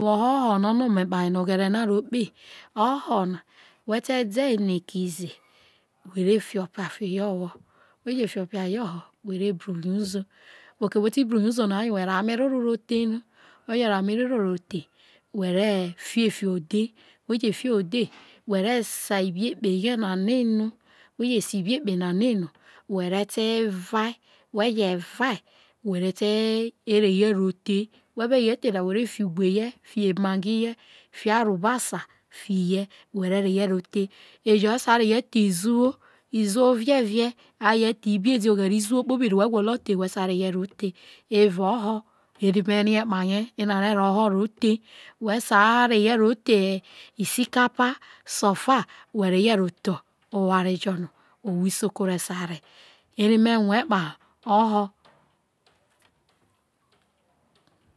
Woho o̱ho̱ no o̱no̱ me kpe ha ria oghere no̱ aro kpe i. O̱ho̱ we te dei̱ no eki ze were fi opia fiye oho we we je fi opia ye oho̱ were bru ye uzo, bo oke no we ti bru ye uzo no yo we ro ame roro ro te eno we jẹ ro ame roro ro the we re tie fio̱ odhe̱, we̱re̱ sa ibi ekpe ye na nol no we jo si bi ekpe na noi no were te vae we je̱ rak were ru ye ro the we je re̱ ro the were fi ugwe ue, fi emagi ye̱ fi arobasa fi ye were re̱ ye ro the ere sa re ye the iziwo iziwo rierie, iziwo kpobi no we gwolo̱ re ye the we resa re ye the, evao oho eri kpaye ene̱ i̱ are yero the eri me rie kpaye. Mesa re ye ro the isikapa so fa were ye ro the oware jo no owho isoko ore sa re. Eri me̱ rue̱ kpa ho o̱ho̱.